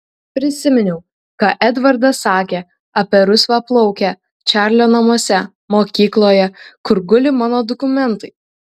prisiminiau ką edvardas sakė apie rusvaplaukę čarlio namuose mokykloje kur guli mano dokumentai